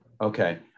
Okay